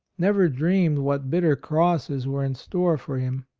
never dreamed what bitter crosses were in store for him.